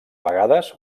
vegades